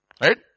Right